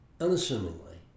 unassumingly